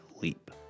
LEAP